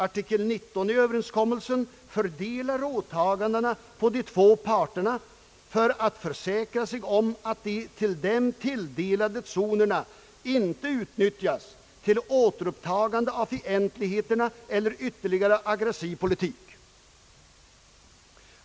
Artikel 19 i överenskommelsen fördelar åtagandena på de två parterna för att försäkra sig om att de dem tilldelade zonerna inte utnyttjas till återupptagande av fientligheterna eller till ytterligare aggressiv politik.